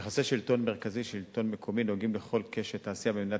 יחסי שלטון מרכזי שלטון מקומי נוגעים לכל קשת העשייה במדינת